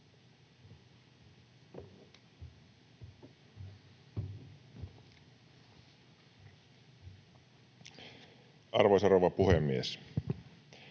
Arvoisa rouva puhemies!